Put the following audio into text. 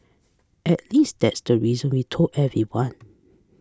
at least that's the reason we told everyone